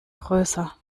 größer